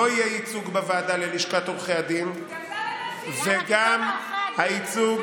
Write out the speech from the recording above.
עלה תאנה אחד, אופוזיציה.